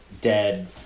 dead